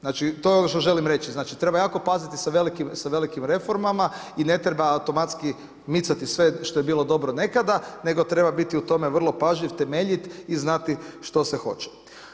Znači to je ono što želim reći, znači treba jako paziti sa velikim reformama i ne treba automatski micati sve što je bilo dobro nekada nego treba biti u tome, vrlo pažljiv i temeljit i znati što hoće.